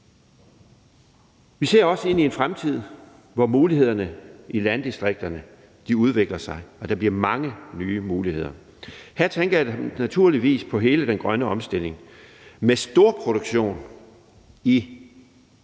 Vi ser også ind i en fremtid, hvor mulighederne i landdistrikterne udvikler sig, og der bliver mange nye muligheder. Her tænker jeg naturligvis på hele den grønne omstilling med storproduktion, så det